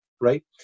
Right